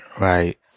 right